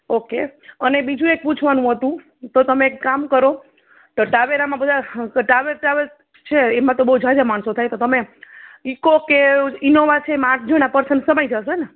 okay અને બીજું એ પૂછવાનું હતું તો તમે એક કામ કરો ટાવેરામાં બધા ટાવેલ્સ ટાવેલ્સ છે એમા તો બઉ જાજા માણસો થાયે તમે ઇકો કે ઈનોવા છે એમા આઠ જણા પર્સન સમાઈ જસેને